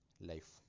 life